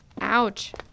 Ouch